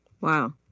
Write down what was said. Wow